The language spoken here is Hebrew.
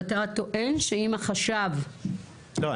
ואתה טוען שאם החשב -- לא,